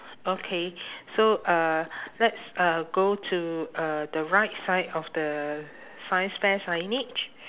okay so uh let's uh go to uh the right side of the science fair signage